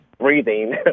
breathing